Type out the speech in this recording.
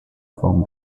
form